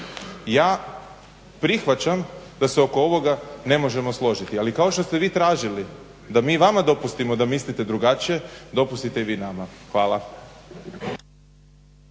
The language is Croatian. Ja prihvaćam da se oko ovoga ne možemo složiti ali kao što ste vi tražili da mi vama dopustimo da mislimo drugačije dopustite i vi nama. Hvala.